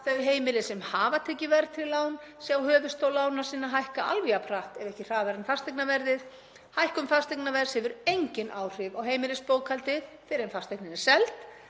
þau heimili sem hafa tekið verðtryggð lán sjá höfuðstól lána sinna hækka alveg jafn hratt, ef ekki hraðar en fasteignaverðið, hækkun fasteignaverðs hefur engin áhrif á heimilisbókhaldið fyrr en fasteign er seld,